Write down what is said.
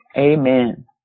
Amen